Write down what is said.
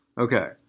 Okay